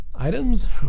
Items